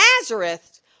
Nazareth